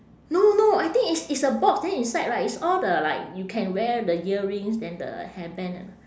no no I think it's it's a box then inside right it's all the like you can wear the earrings then the hairband and